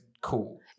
cool